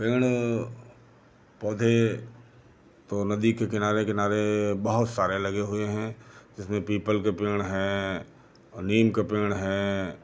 पेड़ पौधे तो नदी के किनारे किनारे बहुत सारे लगे हुए हैं जिसमें पीपल के पेड़ हैं और नीम के पेड़ हैं